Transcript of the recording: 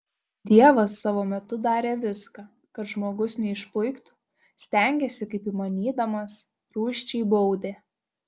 dievas savo metu darė viską kad žmogus neišpuiktų stengėsi kaip įmanydamas rūsčiai baudė